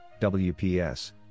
WPS